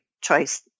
choice